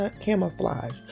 camouflage